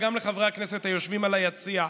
וגם לחברי הכנסת היושבים על היציע: